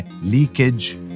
leakage